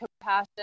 compassion